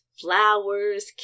flowers